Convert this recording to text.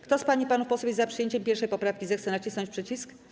Kto z pań i panów posłów jest za przejęciem 1. poprawki, zechce nacisnąć przycisk.